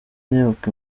nibuka